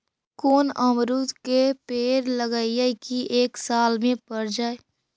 कोन अमरुद के पेड़ लगइयै कि एक साल में पर जाएं?